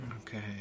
Okay